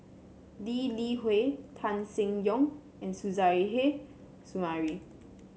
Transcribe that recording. Lee Li Hui Tan Seng Yong and Suzairhe Sumari